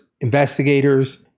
investigators